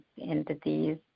entities